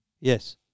Yes